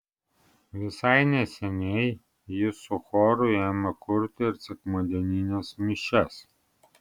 visai neseniai jis su choru ėmė kurti ir sekmadienines mišias